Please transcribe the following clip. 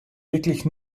wirklich